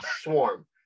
swarm